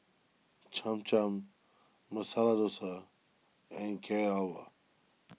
Cham Cham Masala Dosa and Carrot Halwa